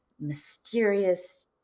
mysterious